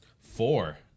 four